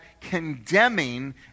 condemning